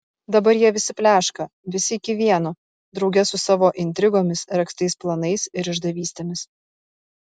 dabar jie visi pleška visi iki vieno drauge su savo intrigomis regztais planais ir išdavystėmis